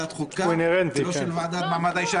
השאר נראה לי במקרה הטוב רצון טוב באמת להעביר את זה מאוד מהר.